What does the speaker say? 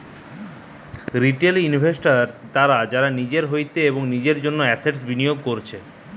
retail investors তারা যারা নিজের হইতে এবং নিজের জন্য এসেটস বিনিয়োগ করতিছে